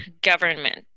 government